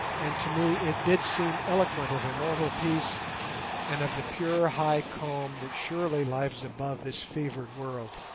and to me it did seem eloquent of immortal peace and of the pure high calm that surely lies above this fevered world.